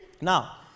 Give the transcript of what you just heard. Now